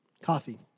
Coffee